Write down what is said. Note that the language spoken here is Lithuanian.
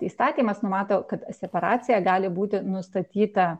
įstatymas numato kad separacija gali būti nustatyta